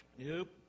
nope